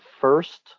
first